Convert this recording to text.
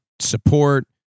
support